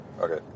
Okay